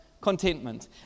contentment